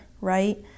right